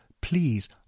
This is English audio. Please